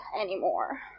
anymore